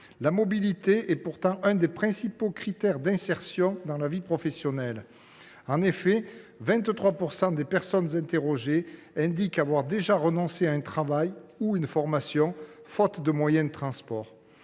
La mobilité est pourtant l’un des principaux critères d’insertion dans la vie professionnelle. Ainsi, 23 % des personnes interrogées indiquent avoir déjà renoncé à un travail ou à une formation faute de moyen de transport.